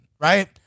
right